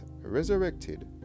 resurrected